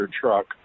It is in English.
truck